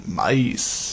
mice